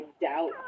doubt